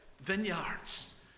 vineyards